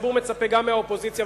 שהציבור מצפה גם מהאופוזיציה,